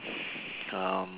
um